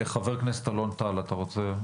חבר הכנסת אלון טל אתה רוצה?